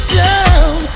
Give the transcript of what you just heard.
down